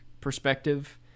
perspective